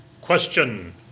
Question